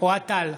אוהד טל,